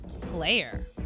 player